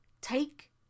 Take